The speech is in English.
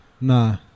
nah